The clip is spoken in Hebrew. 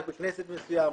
רק בית כנסת מסוים,